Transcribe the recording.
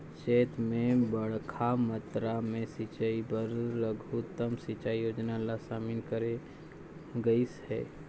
चैत मे बड़खा मातरा मे सिंचई बर लघुतम सिंचई योजना ल शामिल करे गइस हे